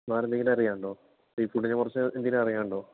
വേറെ എന്തെങ്കിലും അറിയാനുണ്ടോ സീഫുഡിനെ കുറിച്ച് എന്തെങ്കിലും അറിയാനുണ്ടോ